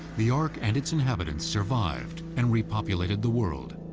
the ark and its inhabitants survived and re-populated the world.